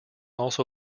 also